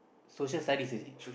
Social Studies is it